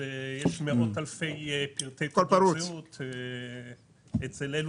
יש מאות אלפי פרטי תעודות זהות אצל אלה